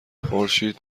خورشید